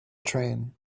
train